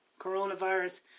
coronavirus